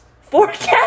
Forecast